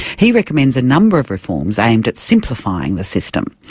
he recommends a number of reforms aimed at simplifying the system.